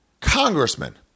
congressman